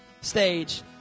stage